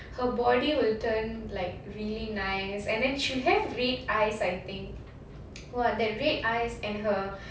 her body will turn like really nice and then she'll have red eyes I think !wah! that red eyes and her